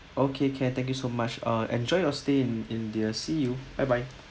okay can thank you so much ah enjoy your stay in india see you bye bye